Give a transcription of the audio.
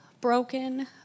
broken